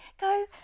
go